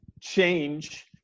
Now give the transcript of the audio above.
change